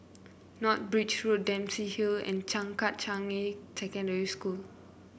North Bridge Road Dempsey Hill and Changkat Changi Secondary School